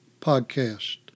podcast